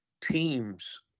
teams